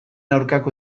aurkako